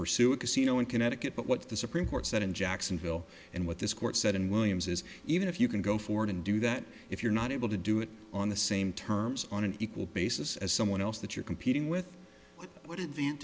pursue a casino in connecticut but what the supreme court said in jacksonville and what this court said and williams is even if you can go forward and do that if you're not able to do it on the same terms on an equal basis as someone else that you're competing with what are the